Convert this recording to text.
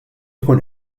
ikun